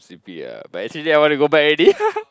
sleepy ah but actually I want to go back already